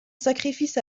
sacrifice